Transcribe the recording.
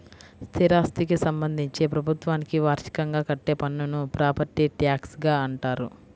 స్థిరాస్థికి సంబంధించి ప్రభుత్వానికి వార్షికంగా కట్టే పన్నును ప్రాపర్టీ ట్యాక్స్గా అంటారు